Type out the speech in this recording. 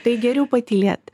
tai geriau patylėt